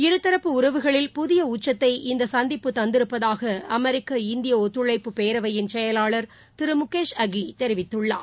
இருதரப்பு உறவுகளில் புதியஉச்சத்தை இந்தசந்திப்பு தந்திருப்பதாகஅமெரிக்க இந்தியஒத்துழைப்பு பேரவையின் செயலாளர் திருமுகேஷ் அகிதெரிவித்துள்ளார்